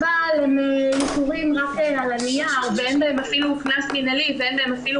אבל הם איסורים רק על הנייר ואין בהם אפילו קנס מינהלי ואין בהם אפילו